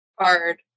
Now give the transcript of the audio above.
hard